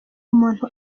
umuntu